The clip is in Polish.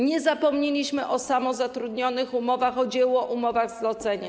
Nie zapomnieliśmy o samozatrudnionych, umowach o dzieło, umowach-zleceniach.